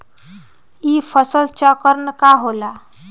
ई फसल चक्रण का होला?